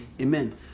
Amen